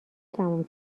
تمام